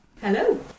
Hello